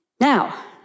Now